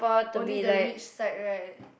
only the rich side right